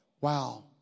wow